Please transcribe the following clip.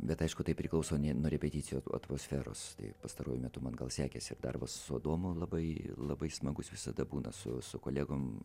bet aišku tai priklauso nuo repeticijų atmosferos tai pastaruoju metu man gal sekėsi ir darbas su adomu labai labai smagus visada būna su su kolegom